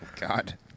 God